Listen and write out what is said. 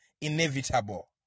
inevitable